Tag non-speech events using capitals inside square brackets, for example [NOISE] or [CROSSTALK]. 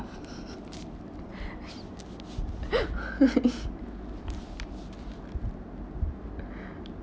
[LAUGHS]